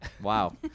Wow